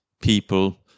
people